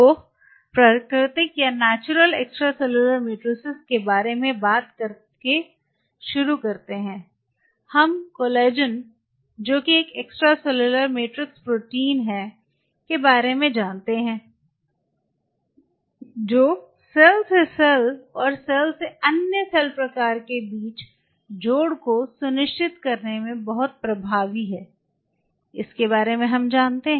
तो प्राकृतिक extracellular matrix के बारे में बात करके शुरू करते हैं हम कोलेजन जो कि एक एक्स्ट्रासेलुलर मैट्रिक्स प्रोटीन है के बारे में जानते हैं जो सेल से सेल और सेल से अन्य सेल प्रकार के बीच जोड़ को सुनिश्चित करने में बहुत प्रभावी है के बारे में जानते हैं